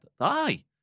Aye